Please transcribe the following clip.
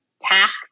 tax